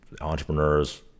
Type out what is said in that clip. entrepreneurs